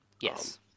yes